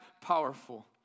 powerful